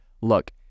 look